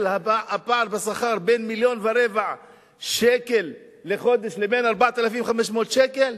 שהפער בשכר יהיה בין מיליון ורבע שקל לחודש לבין 4,500 שקל?